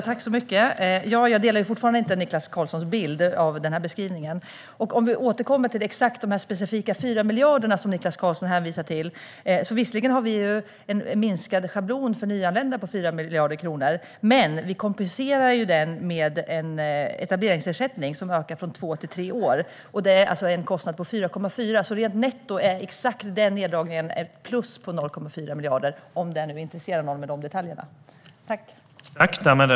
Herr talman! Jag delar fortfarande inte Niklas Karlssons beskrivning. Om vi återkommer till de specifika 4 miljarder som Niklas Karlsson hänvisar till har vi visserligen en minskad schablon för nyanlända på 4 miljarder kronor, men vi kompenserar det med en etableringsersättning som ökar från två till tre år. Det är alltså en kostnad på 4,4 miljarder, så netto ger den neddragningen ett plus på 0,4 miljarder, om nu dessa detaljer intresserar någon.